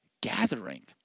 gathering